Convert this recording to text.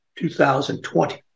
2020